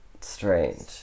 Strange